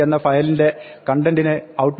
txt എന്ന ഫയലിലിന്റെ കണ്ടെന്റിനെ output